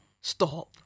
Stop